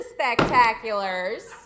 Spectaculars